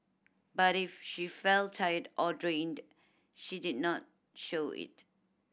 but if she felt tired or drained she did not show it